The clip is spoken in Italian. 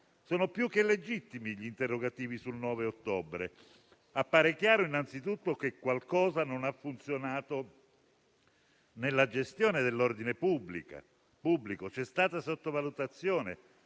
Sono più che legittimi gli interrogativi sul 9 ottobre. Appare chiaro, innanzitutto, che qualcosa non ha funzionato nella gestione dell'ordine pubblico. C'è stata sottovalutazione